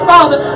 Father